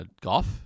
Golf